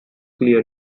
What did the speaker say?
clear